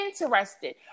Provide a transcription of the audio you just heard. interested